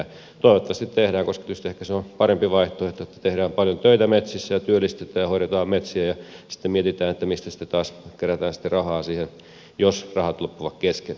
toivottavasti tehdään koska ehkä se on parempi vaihtoehto että tehdään paljon töitä metsissä ja työllistetään ja hoidetaan metsiä ja sitten mietitään mistä sitten taas kerätään rahaa siihen jos rahat loppuvat kesken